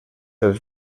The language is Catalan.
els